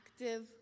active